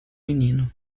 menino